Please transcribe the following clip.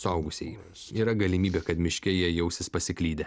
suaugusieji yra galimybė kad miške jie jausis pasiklydę